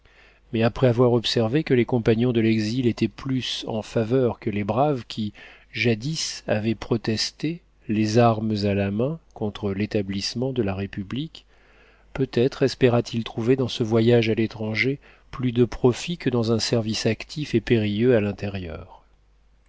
mais après avoir observé que les compagnons de l'exil étaient plus en faveur que les braves qui jadis avaient protesté les armes à la main contre l'établissement de la république peut-être espéra t il trouver dans ce voyage à l'étranger plus de profit que dans un service actif et périlleux à l'intérieur